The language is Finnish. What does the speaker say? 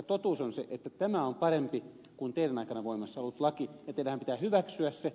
totuus on se että tämä on parempi kuin teidän aikananne voimassa ollut laki ja teidän pitää hyväksyä se